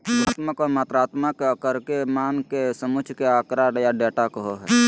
गुणात्मक और मात्रात्मक कर के मान के समुच्चय के आँकड़ा या डेटा कहो हइ